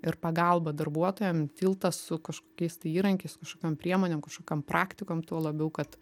ir pagalbą darbuotojam tiltas su kažkokiais tai įrankiais kažkokiom priemonėm kažkokiom praktikom tuo labiau kad